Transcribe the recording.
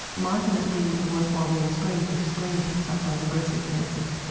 mightn't it be worth while being screened if screening picks up those aggressive cancers?